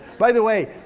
by the way,